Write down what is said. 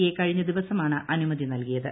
A കഴിഞ്ഞ ദിവസമാണ് അനുമതി നൽകിയത്